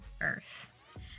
earth